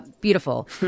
Beautiful